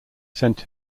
sent